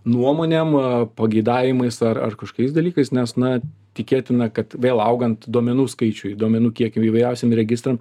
nuomonėm pageidavimais ar ar kažkokiais dalykais nes na tikėtina kad vėl augant duomenų skaičiui duomenų kiekiu įvairiausiem registram